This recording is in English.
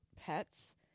pets